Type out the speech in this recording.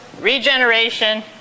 regeneration